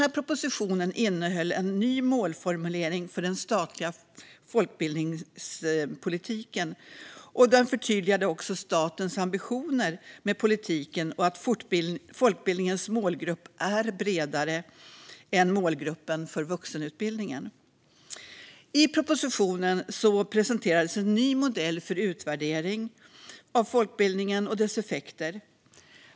Propositionen innehöll en ny målformulering för den statliga folkbildningspolitiken, och den förtydligade också statens ambitioner med politiken samt att folkbildningens målgrupp är bredare än målgruppen för vuxenutbildningen. I propositionen presenterades en ny modell för utvärdering av folkbildningen och dess effekter.